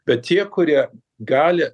bet tie kurie gali